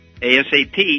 ASAP